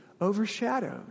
overshadowed